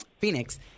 Phoenix